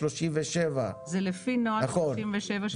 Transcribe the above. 37. זה לפי נוהל 37. נכון,